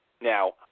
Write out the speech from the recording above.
now